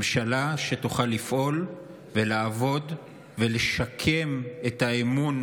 ממשלה שתוכל לפעול ולעבוד ולשקם את האמון